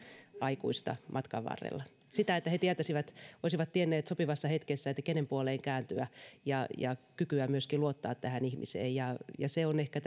aikuista matkan varrella että he olisivat tienneet sopivassa hetkessä kenen puoleen kääntyä ja kykyä myöskin luottaa tähän ihmiseen se on ehkä